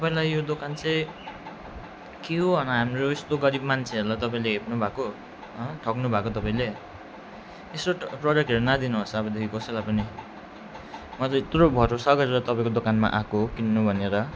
तपाईँलाई यो दोकान चाहिँ के हो हन हाम्रो यस्तो गरिब मान्छेहरूलाई तपाईँले हेप्नु भएको हँ ठग्नु भएको तपाईँले यस्तो प्रडक्टहरू नदिनुहोस् अबदेखि कसैलाई पनि म चाहिँ यत्रो भरोसा गरेर तपाईँको दोकानमा आएको किन्नु भनेर